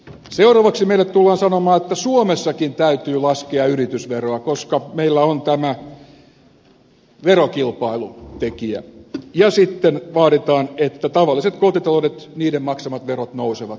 seuraavaksi meille tullaan sanomaan että suomessakin täytyy laskea yritysveroa koska meillä on tämä verokilpailutekijä ja sitten vaaditaan että tavallisten kotitalouksien maksamat verot nousevat